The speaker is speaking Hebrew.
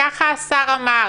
ככה השר אמר,